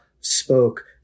spoke